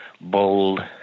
bold